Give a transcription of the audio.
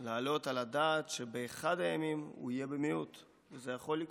להעלות על הדעת שבאחד הימים הוא יהיה במיעוט" וזה יכול לקרות,